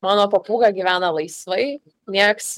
mano papūga gyvena laisvai nieks